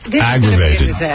aggravated